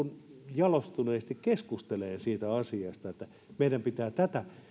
jalostuneesti keskustelemaan siitä asiasta että meidän pitää tätä